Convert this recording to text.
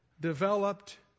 developed